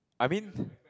I mean